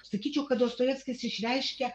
sakyčiau kad dostojevskis išreiškia